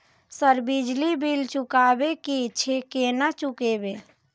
Sir बिजली bill चुकाबे की छे केना चुकेबे?